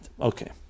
Okay